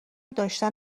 داشتن